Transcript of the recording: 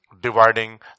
Dividing